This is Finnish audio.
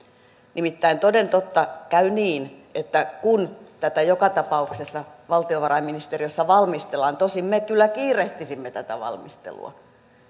nimittäin toden totta käy niin kun tätä joka tapauksessa valtiovarainministeriössä valmistellaan tosin me kyllä kiirehtisimme tätä valmistelua